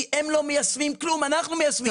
כי הם לא מיישמים כלום, אנחנו מיישמים.